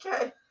Okay